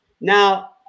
Now